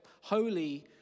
holy